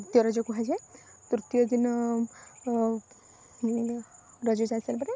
ଦ୍ବିତୀୟ ରଜ କୁହାଯାଏ ତୃତୀୟ ଦିନ ରଜ ସାରି ସାରିଲା ପରେ